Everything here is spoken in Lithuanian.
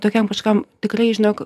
tokiam kažkam tikrai žinok